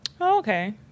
Okay